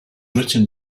written